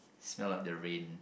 smell like the rain